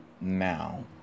Now